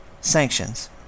Sanctions